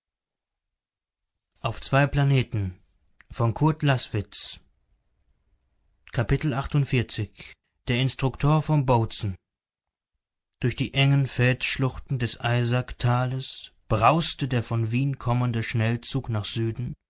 dannen führte der instruktor von bozen durch die engen felsschluchten des eisacktales brauste der von wien kommende schnellzug nach süden